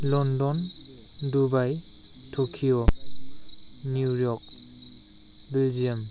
London Dubai Tokyo New York Belgium